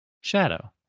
Shadow